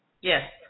yes